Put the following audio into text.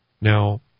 Now